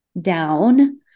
down